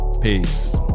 Peace